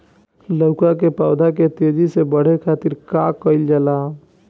लउका के पौधा के तेजी से बढ़े खातीर का कइल जाला?